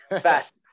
fast